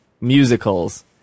Musicals